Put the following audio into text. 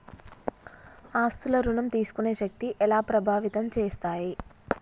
ఆస్తుల ఋణం తీసుకునే శక్తి ఎలా ప్రభావితం చేస్తాయి?